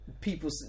people